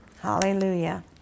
Hallelujah